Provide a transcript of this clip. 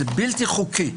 זה בלתי חוקי.